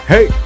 Hey